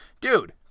Dude